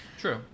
True